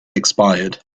expired